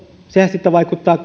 se kaikkihan sitten vaikuttaa